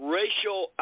racial